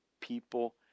people